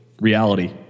reality